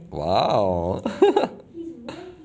!wow!